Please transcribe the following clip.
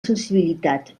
sensibilitat